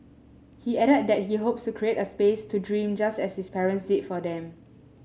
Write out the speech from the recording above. he added that he hopes to create a space to dream just as his parents did for him